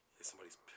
somebody's